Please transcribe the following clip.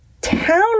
town